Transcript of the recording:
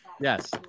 Yes